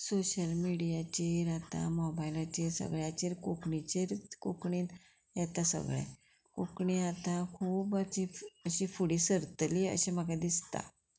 social मिडियाचेर आतां मोबायलाचेर सगळ्याचेर कोंकणीचेर कोंकणींत येता सगळें कोंकणी आतां खूब अशी अशी फुडें सरतली अशें म्हाका दिसता